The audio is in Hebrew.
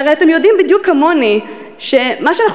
והרי אתם יודעים בדיוק כמוני שמה שאנחנו